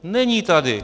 Není tady!